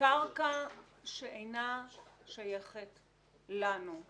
קרקע שאינה שייכת לנו.